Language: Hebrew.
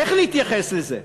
איך להתייחס לזה,